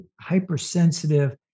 Hypersensitive